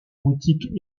boutique